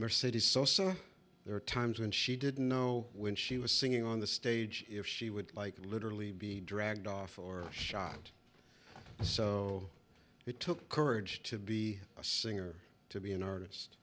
mercedes sosa there are times when she didn't know when she was singing on the stage if she would like literally be dragged off or shot so it took courage to be a singer to be an artist